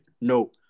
No